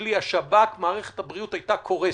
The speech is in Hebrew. בכלי השב"כ, מערכת הבריאות הייתה קורסת.